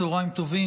צוהריים טובים,